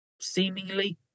seemingly